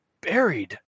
buried